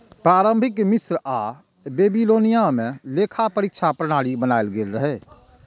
प्रारंभिक मिस्र आ बेबीलोनिया मे लेखा परीक्षा प्रणाली बनाएल गेल रहै